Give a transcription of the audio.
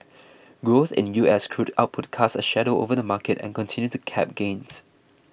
growth in US crude output cast a shadow over the market and continued to cap gains